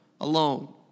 alone